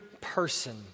person